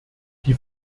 die